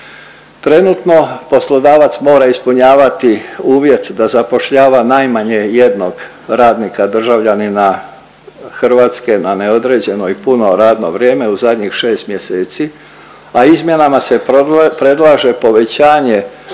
Trenutno poslodavac mora ispunjavati uvjet da zapošljava najmanje jednog radnika državljanina Hrvatske na neodređeno i puno radno vrijeme u zadnjih 6 mjeseci, a izmjenama se predlaže povećanje